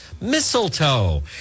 Mistletoe